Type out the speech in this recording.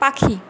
পাখি